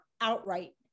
outright